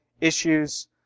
issues